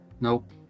Nope